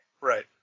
Right